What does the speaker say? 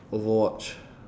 overwatch